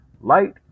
Light